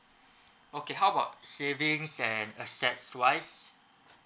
okay how about savings and assets wise